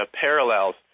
Parallels